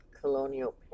Colonial